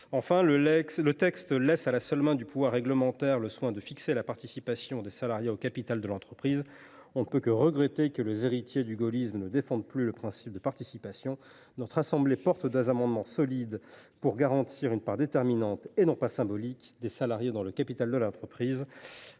Enfin, ce texte laisse au seul pouvoir réglementaire le soin de fixer la participation des salariés au capital de l’entreprise : on ne peut que regretter que les héritiers du gaullisme ne défendent plus le principe de la participation. Mes chers collègues, notre assemblée s’apprête à adopter des amendements solides pour garantir une part déterminante, et non pas symbolique, des salariés dans le capital de l’entreprise.